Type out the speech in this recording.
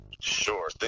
Sure